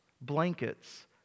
blankets